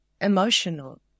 emotional